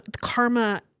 Karma